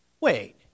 wait